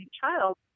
child